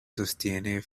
sostiene